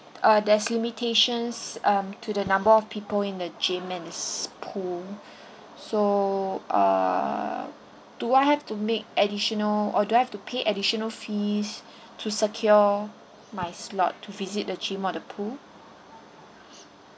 uh there's limitations um to the number of people in the gyms and pool so uh do I have to make additional or do I have to pay additional fees to secure my slot to visit the gym or the pool